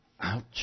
Ouch